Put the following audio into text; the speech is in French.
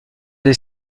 des